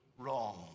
wrong